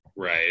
Right